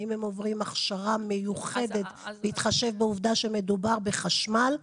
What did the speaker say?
האם הם עוברים הכשרה מיוחדת בהתחשב בעובדה שמדובר בחשמל?